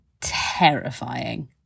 terrifying